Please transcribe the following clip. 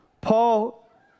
Paul